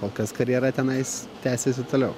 kol kas karjera tenais tęsiasi toliau